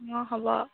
অঁ হ'ব